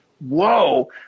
Whoa